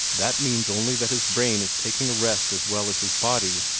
that means only that his brain is taking a rest as well as his body,